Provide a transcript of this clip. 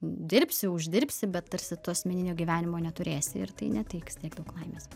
dirbsi uždirbsi bet tarsi tu asmeninio gyvenimo neturėsi ir tai neteiks tiek daug laimės